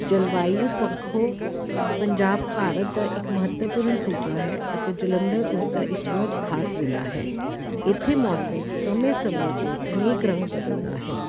ਜਲਵਾਯੂ ਪੱਖੋ ਪੰਜਾਬ ਭਾਰਤ ਦਾ ਇੱਕ ਮਹੱਤਵਪੂਰਨ ਸੂਬਾ ਹੈ ਅਤੇ ਜਲੰਧਰ ਉਸਦਾ ਇੱਕ ਬਹੁਤ ਖਾਸ ਜ਼ਿਲ੍ਹਾ ਹੈ ਇੱਥੇ ਮੌਸਮ ਸਮੇਂ ਸਮੇਂ 'ਤੇ ਅਨੇਕ ਰੰਗ ਬਦਲਦਾ ਹੈ